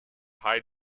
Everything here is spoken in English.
hide